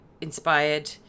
inspired